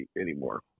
anymore